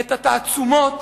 את התעצומות